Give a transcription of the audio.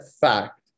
fact